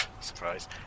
Surprise